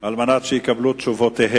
על מנת לקבל את תשובותיהם.